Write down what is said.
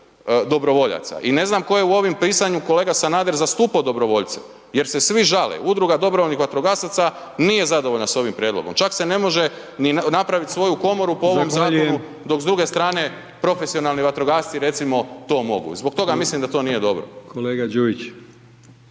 dobrovoljaca i ne znam tko je u ovom pisanju kolega Sanader zastupao dobrovoljce jer se svi žale, Udruga dobrovoljnih vatrogasaca nije zadovoljna s ovim prijedlogom, čak se ne može ni napravit svoju komoru po …/Upadica: Zahvaljujem/…ovom zakonu dok s druge strane profesionalni vatrogasci recimo to mogu i zbog toga mislim da to nije dobro.